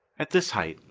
at this height,